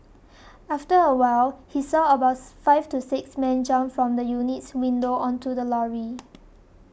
after a while he saw about five to six men jump from the unit's windows onto the lorry